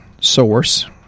source